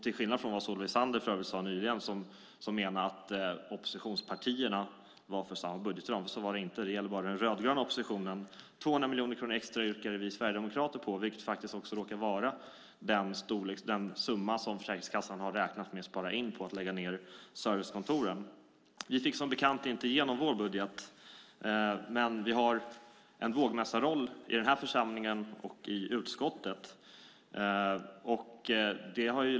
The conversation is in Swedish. För övrigt sade Solveig Zander nyligen att oppositionspartierna var för samma budgetram. Så var det inte. Det gäller bara den rödgröna oppositionen. 200 miljoner kronor extra yrkade vi sverigedemokrater på, vilket faktiskt också råkar vara den summa som Försäkringskassan har räknat med att spara in på att lägga ned servicekontoren. Vi fick som bekant inte igenom vår budget, men vi har en vågmästarroll i den här församlingen och i utskottet.